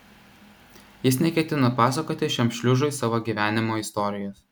jis neketino pasakoti šiam šliužui savo gyvenimo istorijos